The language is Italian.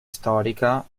storica